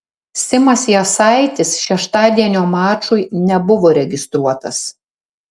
simas jasaitis šeštadienio mačui nebuvo registruotas